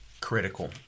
critical